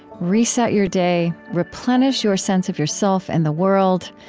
reset your day. replenish your sense of yourself and the world.